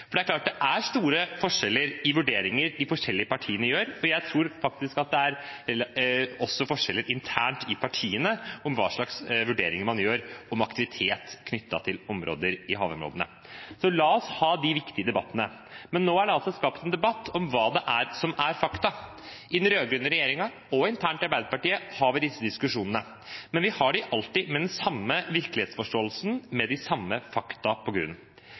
prioriteringene. Det er klart at det er store forskjeller i de vurderingene de forskjellige partiene gjør, og jeg tror faktisk at det også er forskjeller internt i partiene når det gjelder hva slags vurderinger man gjør angående aktivitet knyttet til havområdene, så la oss ha de viktige debattene. Men nå er det altså skapt en debatt om hva det er som er fakta. I den rød-grønne regjeringen og internt i Arbeiderpartiet har vi disse diskusjonene, men vi har dem alltid med den samme virkelighetsforståelsen, med de samme fakta til grunn,